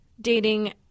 dating